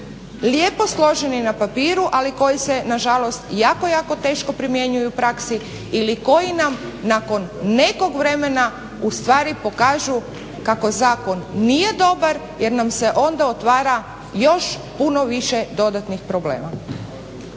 lijepo složeni na papiru ali koji se nažalost jako, jako teško primjenjuju u praksi ili koji nam nakon nekog vremena ustvari pokažu kako zakon nije dobar jer nam se onda otvara još puno više dodatnih problema.